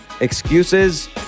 excuses